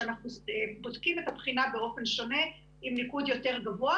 אנחנו בודקים את הבחינה באופן שונה עם ניקוד יותר גבוה,